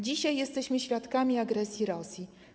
Dzisiaj jesteśmy świadkami agresji Rosji.